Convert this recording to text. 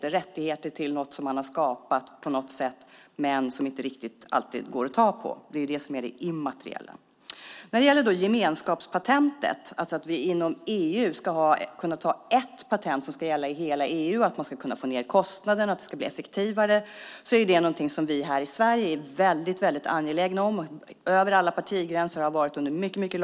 Det gäller rättigheten till något som man har skapat men som inte alltid går att ta på - det är det som är det immateriella. När det gäller gemenskapspatentet, alltså att vi inom EU ska kunna ta ett patent som ska gälla i hela EU, att man ska få ned kostnaderna och att det ska bli effektivare, är det någonting som vi i Sverige är väldigt angelägna om över alla partigränser, och har varit under mycket lång tid.